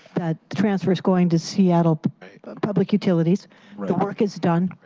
transfer is going to seattle public utilities. the work is done.